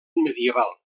medieval